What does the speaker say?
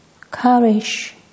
courage